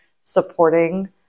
supporting